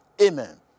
amen